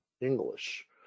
English